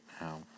now